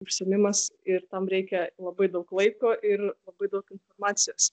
užsiėmimas ir tam reikia labai daug laiko ir labai daug informacijos